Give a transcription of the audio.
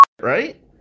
right